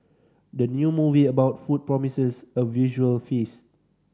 the new movie about food promises a visual feast